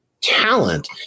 talent